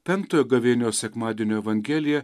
penktojo gavėnios sekmadienio evangelija